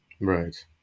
Right